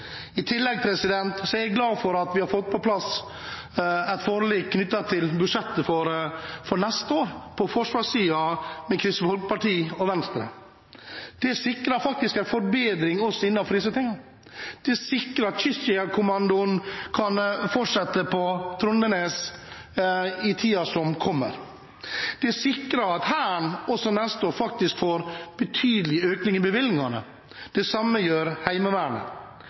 I tillegg er jeg glad for at vi har fått på plass et forlik knyttet til budsjettet for neste år på forsvarssiden, med Kristelig Folkeparti og Venstre. Det sikrer en forbedring også innenfor dette. Det sikrer at Kystjegerkommandoen kan fortsette på Trondenes i tiden som kommer. Det sikrer at Hæren også neste år faktisk får betydelig økning i bevilgningene. Det samme gjør Heimevernet.